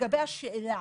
לגבי השאלה